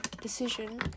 decision